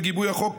בגיבוי החוק,